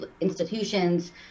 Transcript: institutions